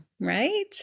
right